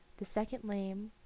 the second lame,